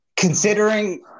Considering